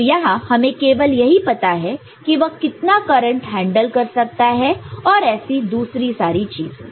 तो यहां हमें केवल यही पता है कि वह कितना करंट हैंडल कर सकता है और ऐसी दूसरी सारी चीजें